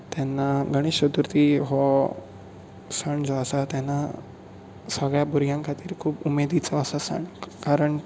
तेन्ना गणेश चतुर्थी हो सण जो आसा तेन्ना सगळ्यां भुरग्यां खातीर खूब उमेदीचो आसा सण कारण